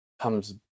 comes